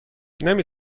نمی